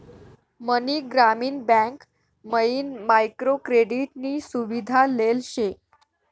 मनी ग्रामीण बँक मयीन micro credit नी सुविधा लेल शे